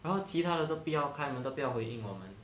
然后其他的都不要开门都不要回应我们